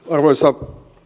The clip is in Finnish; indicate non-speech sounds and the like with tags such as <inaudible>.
<unintelligible> arvoisa